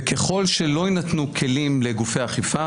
וככל שלא יינתנו כלים לגופי האכיפה,